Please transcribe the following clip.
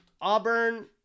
Auburn